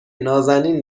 نازنین